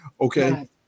okay